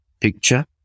picture